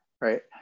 right